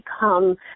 become